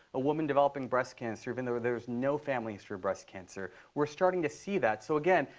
a woman developing breast cancer even though there's no family history breast cancer. we're starting to see that. so again,